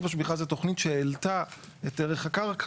משביחה זו תוכנית שהעלתה את ערך הקרקע.